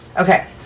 Okay